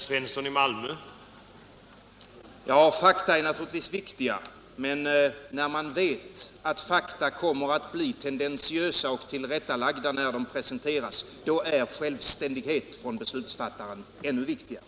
Herr talman! Fakta är naturligtvis viktiga, men då man vet att fakta kommer att bli tendentiösa och tillrättalagda när de presenteras, då är självständighet hos beslutsfattaren ännu viktigare.